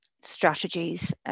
strategies